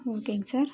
ஓகேங்க சார்